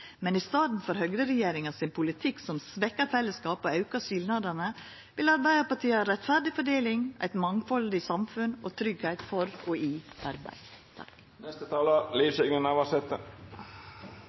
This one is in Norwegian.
men i staden for høgreregjeringa sin politikk, som svekkjer fellesskapet og aukar skilnadene, vil Arbeidarpartiet ha rettferdig fordeling, eit mangfaldig samfunn og tryggleik for arbeid og i arbeid.